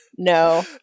No